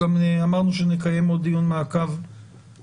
אמרנו שבתקופה הקרובה נקיים עוד דיון מעקב אחרי